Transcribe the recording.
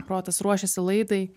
protas ruošiasi laidai